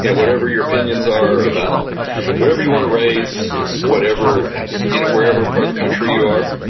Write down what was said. you know whatever your opinions are about whatever you want to raise, whatever you know whatever part of the country you are,